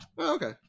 Okay